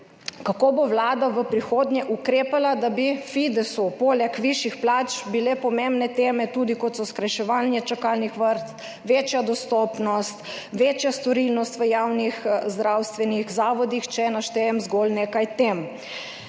Kako bo Vlada v prihodnje ukrepala, da bi bile Fidesu poleg višjih plač pomembne tudi teme, kot so skrajševanje čakalnih vrst, večja dostopnost, večja storilnost v javnih zdravstvenih zavodih, če naštejem zgolj nekaj tem?